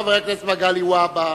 חבר הכנסת מגלי והבה.